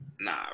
Nah